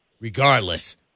regardless